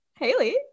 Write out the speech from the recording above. Haley